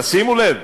שימו לב,